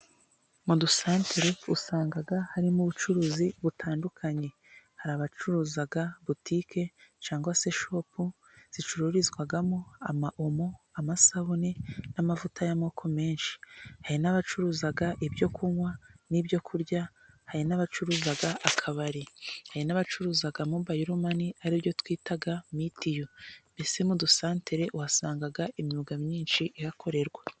Mu dusatere usanga harimo ubucuruzi butandukanye hari abacuruza butike cyangwa se shopu, zicururizwamo ama omo, amasabune n'amavuta y'amoko menshi, hari n'abacuruza ibyo kunywa n'ibyokurya, hari n'abacuruza akabari, hari n'abacuruza mobayiro mani ari byo twita mitiyu ,mbese m'udusatere uhasanga imyuga myinshi ihakorerwa.